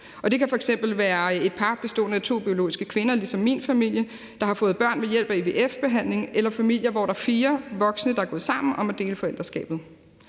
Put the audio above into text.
Det kan f.eks. være et par bestående af to biologiske kvinder ligesom min familie, der har fået børn ved hjælp af IVF-behandling, eller familier, hvor der er fire voksne, der er gået sammen om at dele forældreskabet.